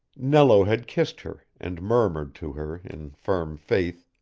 nello had kissed her and murmured to her in firm faith,